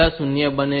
તેથી આ 0 0 1 0 બનશે